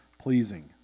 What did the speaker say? pleasing